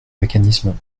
mécanisme